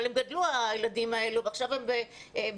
אבל הם גדלו הילדים האלה ועכשיו הם באוניברסיטה,